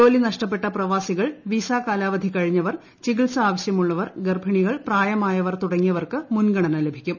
ജോലി നഷ്ടപ്പെട്ട പ്രവാസികൾ വിസാ കാലാവധി കഴിഞ്ഞവർ ചിക്ടിത്സ ആവശ്യമുള്ളവർ ഗർഭിണികൾ പ്രായമായവർ തൂട്ടിങ്ങീയവർക്ക് മുൻഗണന ലഭിക്കും